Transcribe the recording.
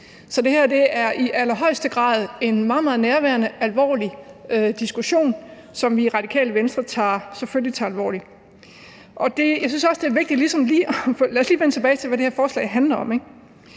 Så det her er i allerhøjeste grad en meget, meget nærværende, alvorlig diskussion, som vi i Radikale Venstre selvfølgelig tager alvorligt. Lad os lige vende tilbage til, hvad det her forslag handler om: